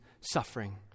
suffering